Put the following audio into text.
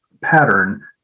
pattern